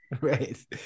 Right